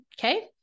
Okay